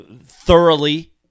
thoroughly